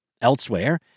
Elsewhere